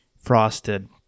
Frosted